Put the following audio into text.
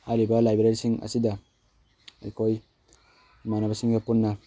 ꯍꯥꯏꯔꯤꯕ ꯂꯥꯏꯕ꯭ꯔꯦꯔꯤꯁꯤꯡ ꯑꯁꯤꯗ ꯑꯩꯈꯣꯏ ꯏꯃꯥꯟꯅꯕ ꯁꯤꯡꯒ ꯄꯨꯟꯅ